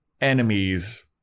enemies